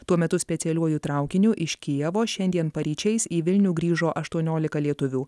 tuo metu specialiuoju traukiniu iš kijevo šiandien paryčiais į vilnių grįžo aštuoniolika lietuvių